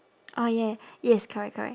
orh ya yes correct correct